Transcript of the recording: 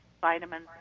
vitamins